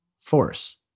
force